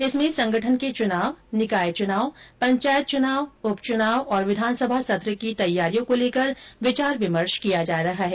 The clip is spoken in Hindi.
इसमें संगठन के चुनाव निकाय चुनाव पंचायत चुनाव उपचुनाव और विधानसभा सत्र की तैयारियों को लेकर विचार विमर्श किया जा रहा है